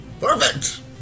Perfect